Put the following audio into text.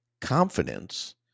confidence